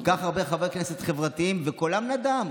כל כך הרבה חברי כנסת חברתיים, וקולם נדם.